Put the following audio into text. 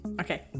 Okay